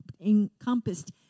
encompassed